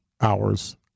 hours